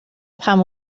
pam